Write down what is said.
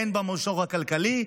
הן במישור הכלכלי,